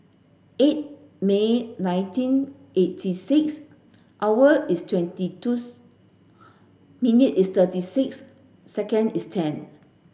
eight May nineteen eighty six hour is twenty two's minute is thirty six second is ten